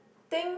think